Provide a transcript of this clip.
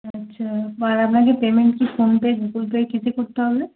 আচ্ছা আর আপনাকে পেমেন্ট কি ফোন পে গুগুল পে কীসে করতে হবে